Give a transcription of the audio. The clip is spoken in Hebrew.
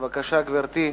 בבקשה, גברתי,